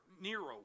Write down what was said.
Nero